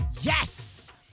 Yes